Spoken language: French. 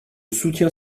soutiens